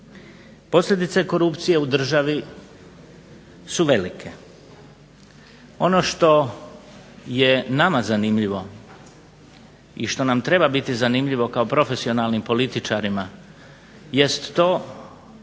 Posljedice korupcije u državi su velike. Ono što je nama zanimljivo i što nam treba biti zanimljivo kao profesionalnim političarima jest